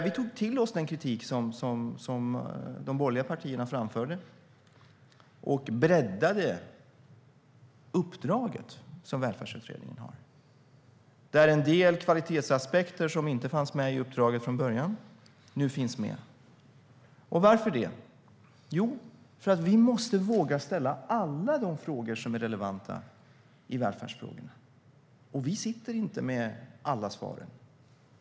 Vi tog till oss den kritik som de borgerliga partierna framförde och breddade uppdraget som Välfärdsutredningen har. En del kvalitetsaspekter som inte fanns med i uppdraget från början finns nu med. Varför det? Jo, för att vi måste våga ställa alla de frågor som är relevanta i välfärdsfrågorna. Vi sitter inte inne med alla svaren.